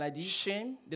Shame